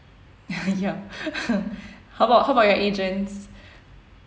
ya how about how about your agents